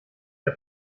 der